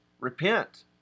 Repent